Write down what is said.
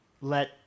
Let